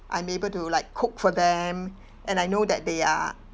I'm able to like cook for them and I know that they are